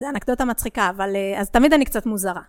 זה אנקדוטה מצחיקה, אבל... אז תמיד אני קצת מוזרה.